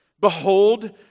behold